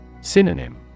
Synonym